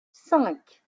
cinq